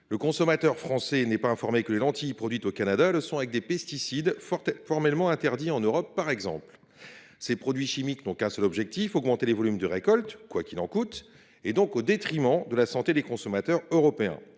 le consommateur français n’est pas informé que les lentilles produites au Canada le sont avec des pesticides formellement interdits en Europe. Ces produits chimiques ont pour seul objectif d’augmenter les volumes de récolte, quoi qu’il en coûte, donc au détriment de la santé des consommateurs européens.